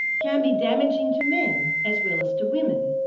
can be damaging to men as well as to women.